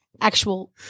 actual